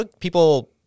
people